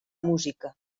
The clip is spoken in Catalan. música